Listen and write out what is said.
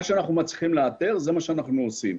מה שאנחנו מצליחים לאתר זה מה שאנחנו עושים,